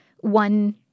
one